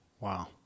wow